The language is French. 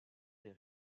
des